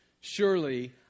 Surely